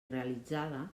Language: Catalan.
realitzada